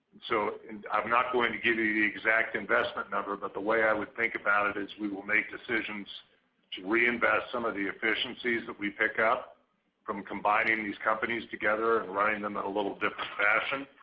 so and i'm not going to give you the exact investment number, but the way i would think about it is, we will make decisions to reinvest some of the efficiencies that we pick up from combining these companies together and aligning them in a little different fashion.